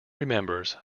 remembers